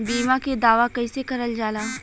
बीमा के दावा कैसे करल जाला?